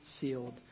sealed